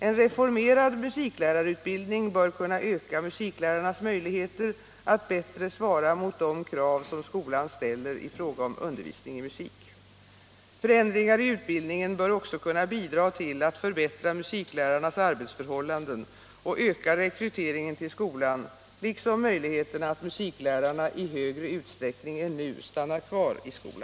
En reformerad musiklärarutbildning bör kunna öka musiklärarnas möjligheter att bättre svara mot de krav som skolan ställer i fråga om undervisning i musik. Förändringar i utbildningen bör också kunna bidra till att förbättra musiklärarnas arbetsförhållanden och öka rekryteringen till skolan liksom möjligheterna att musiklärarna i större utsträckning än nu stannar kvar i skolan.